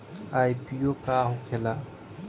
IPO का होखेला?